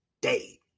day